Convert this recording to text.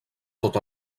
tot